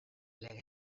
lege